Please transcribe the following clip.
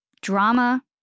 drama